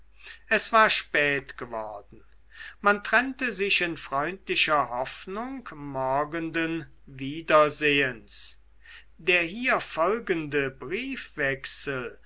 es war spät geworden man trennte sich in freundlicher hoffnung morgenden wiedersehens der hier folgende